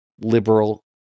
liberal